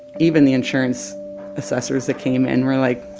even the insurance assessors that came in were like,